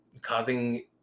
causing